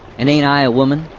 and a'nt i a woman?